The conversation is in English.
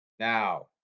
Now